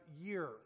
year